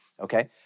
Okay